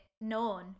known